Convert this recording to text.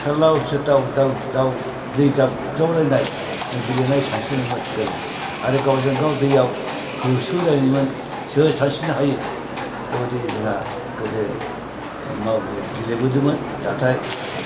सालाव साथाव दाव दाव दै गाबग्रावलायनाय गेलेनाय सानस्रिनायमोन गोदो आरो गावजोंगाव दैआव होसोलायनायमोन सोर सानस्रिनो हायो बेबायदि जोंहा गोदो गेलेनो मोनबोदोंमोन नाथाय